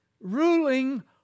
ruling